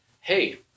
hey